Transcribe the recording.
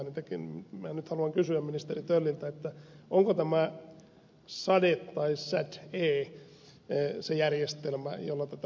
minä nyt haluan kysyä ministeri tölliltä onko tämä sade tai sad e se järjestelmä jolla tätä hoidetaan